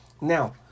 Now